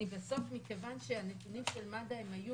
מכיוון שהנתונים שלהם היו